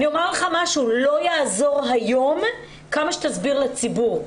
לא יעזור היום כמה שתסביר לציבור.